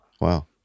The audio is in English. Wow